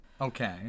Okay